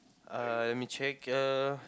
uh let me check uh